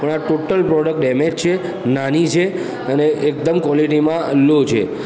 પણ આ total product damage છે નાની છે અને એકદમ ક્વોલિટીમાં લો છે